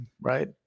right